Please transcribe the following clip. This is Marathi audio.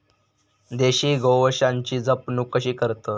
देशी गोवंशाची जपणूक कशी करतत?